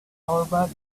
however